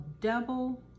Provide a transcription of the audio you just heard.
Double